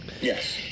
Yes